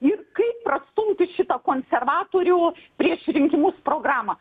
ir kaip prastumti šitą konservatorių prieš rinkimus programą